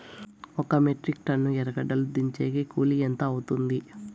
ఒక metric tonne ఎర్రగడ్డలు దించేకి కూలి ఎంత అవుతుంది?